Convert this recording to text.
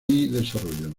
desarrollo